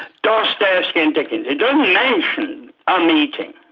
dostoevsky and dickens. it doesn't mention a meeting.